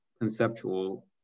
conceptual